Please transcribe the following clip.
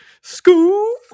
School